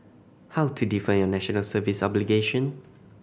how to defer your National Service obligation